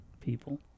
people